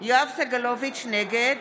סגלוביץ' נגד